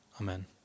Amen